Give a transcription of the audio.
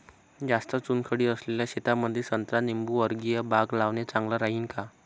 जास्त चुनखडी असलेल्या शेतामंदी संत्रा लिंबूवर्गीय बाग लावणे चांगलं राहिन का?